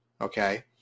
Okay